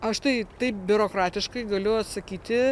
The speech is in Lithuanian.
aš tai taip biurokratiškai galiu atsakyti